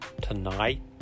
tonight